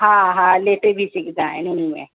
हा हा लेटे बि सघंदा आहिनि उनमें